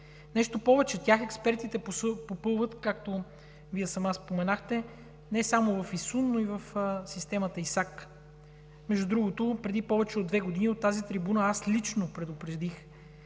Нещо повече, експертите ги попълват, както Вие сама споменахте, не само в ИСУН, но и в системата ИСАК. Между другото, преди повече от две години от тази трибуна лично предупредих,